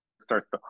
starts